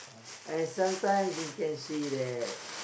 and sometimes you can see that